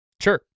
sure